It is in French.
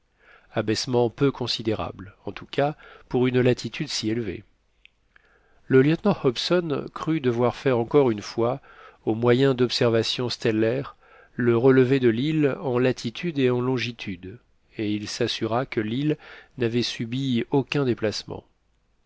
abaissement peu considérable en tout cas pour une latitude si élevée le lieutenant hobson crut devoir faire encore une fois au moyen d'observations stellaires le relevé de l'île en latitude et en longitude et il s'assura que l'île n'avait subi aucun déplacement